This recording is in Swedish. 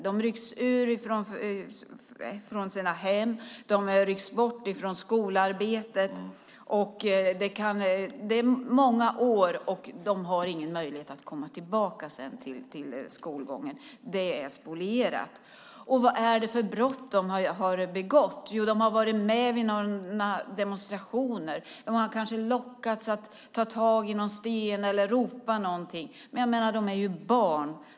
De rycks från sina hem och bort från skolarbetet. Det är många år, och de har ingen möjlighet att komma tillbaka till skolgången. Den är spolierad. Vad är det för brott de har begått? De har varit med vid några demonstrationer. De har kanske lockats att ta tag i någon sten eller att ropa något. Men de är ju barn.